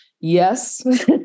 yes